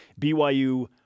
BYU